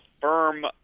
firm